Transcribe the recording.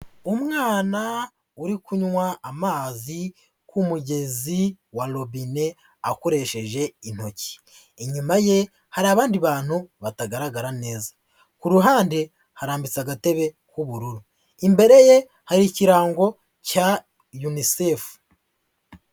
Umwana uri kunywa amazi ku mugezi wa robine akoresheje intoki. Inyuma ye hari abandi bantu batagaragara neza. Ku ruhande harambitse agatebe k'ubururu, imbere ye hari ikirango cya Unicef.